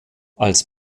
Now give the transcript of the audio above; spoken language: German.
als